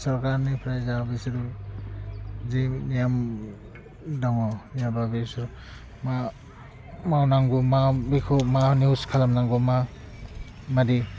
सरकारनिफ्राय जा बिसोर जि नियम दङ याबा बेसोर मा मावनांगौ माव बिखौ मा निउस खालामनांगौ मा मादि